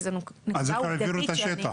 אבל זו נקודה עובדתית --- איך העבירו את השטח?